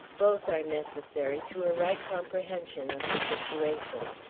both are necessary to a right comprehension of the situation.